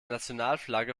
nationalflagge